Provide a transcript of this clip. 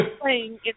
playing